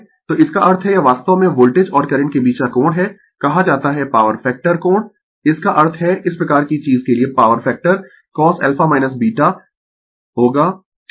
तो इसका अर्थ है यह वास्तव में वोल्टेज और करंट के बीच का कोण है कहा जाता है पॉवर फैक्टर कोण इसका अर्थ है इस प्रकार की चीज के लिए पॉवर फैक्टर cos होगा ठीक है